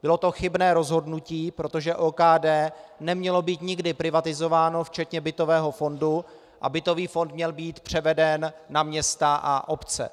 Bylo to chybné rozhodnutí, protože OKD nemělo být nikdy privatizováno včetně bytového fondu a bytový fond měl být převeden na města a obce.